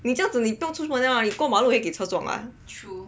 你这样子你不用出门了你过马路也是会给车撞嘛